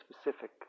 specific